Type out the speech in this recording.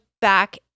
back